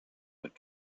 but